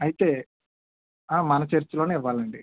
అయితే ఆ మన చర్చిలోనే ఇవ్వాలండి